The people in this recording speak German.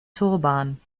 turban